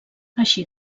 així